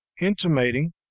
intimating